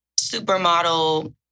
supermodel